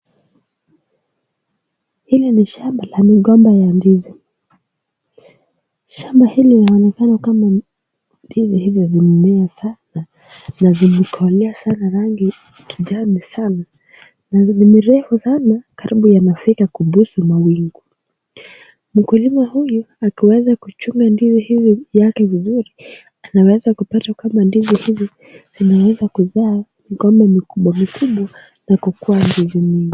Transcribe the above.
Hili ni shamba la migomba ya ndizi. Shamba hili linaonekana kama ndizi hizo zimemea sana na zimekolea sana rangi ya kijani sana na ni mrefu sana karibu yanafika kugusa mawingu. Mkulima huyu akiweza kuchuna ndizi hizi yake vizuri anaweza kupata kwamba ndizi hizi zimeweza kuzaa migomba mikubwa mikubwa na kukuwa ndizi mingi.